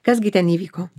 kas gi ten įvyko